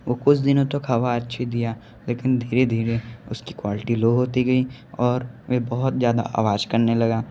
वो कुछ दिनों तक हवा अच्छी दिया लेकिन धीरे धीरे उसकी क्वालिटी लो होती गई और वे बहुत ज़्यादा आवाज़ करने लगा